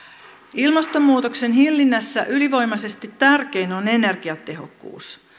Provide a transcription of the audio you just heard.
ilmastonmuutoksen hillinnässä ylivoimaisesti tärkein on energiatehokkuus